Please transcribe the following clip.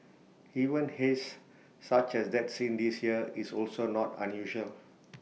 even haze such as that seen this year is also not unusual